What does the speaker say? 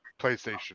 PlayStation